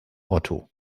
otto